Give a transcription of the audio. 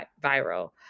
viral